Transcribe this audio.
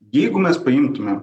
jeigu mes paimtume